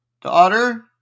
Daughter